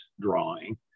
drawing